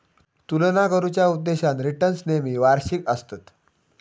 तुलना करुच्या उद्देशान रिटर्न्स नेहमी वार्षिक आसतत